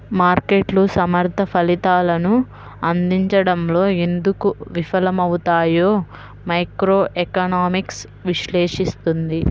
మార్కెట్లు సమర్థ ఫలితాలను అందించడంలో ఎందుకు విఫలమవుతాయో మైక్రోఎకనామిక్స్ విశ్లేషిస్తుంది